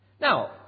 Now